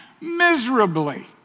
Miserably